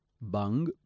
Bang